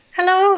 Hello